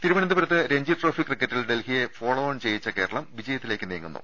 തിരുവനന്തപുരത്ത് രഞ്ജി ട്രോഫി ക്രിക്കറ്റിൽ ഡൽഹിയെ ഫോളോഓൺ ചെയ്യിച്ച കേരളം വിജയത്തിലേക്ക് നീങ്ങുന്നു